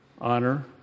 Honor